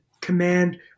command